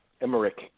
Emmerich